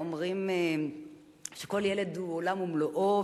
אומרים שכל ילד הוא עולם ומלואו,